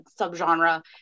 subgenre